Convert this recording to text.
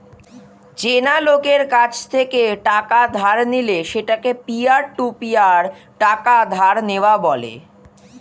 চেনা লোকের কাছ থেকে টাকা ধার নিলে সেটাকে পিয়ার টু পিয়ার টাকা ধার নেওয়া বলে